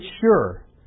sure